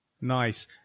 Nice